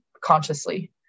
consciously